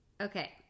okay